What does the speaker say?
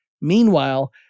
Meanwhile